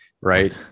right